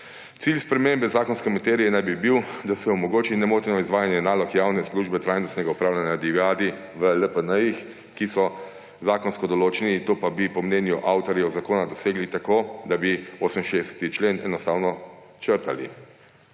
Cilj spremembe zakonske materije naj bi bil, da se omogoči nemoteno izvajanje nalog javne službe trajnostnega upravljanja divjadi v LPN, ki so zakonsko določeni. To bi po mnenju avtorjev zakona dosegli tako, da bi 68. člen enostavno črtali.